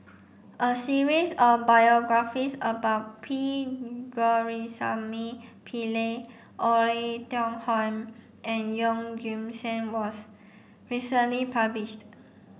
a series of biographies about P Govindasamy Pillai Oei Tiong Ham and Yeoh Ghim Seng was recently published